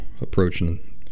approaching